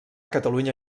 catalunya